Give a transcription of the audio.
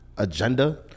agenda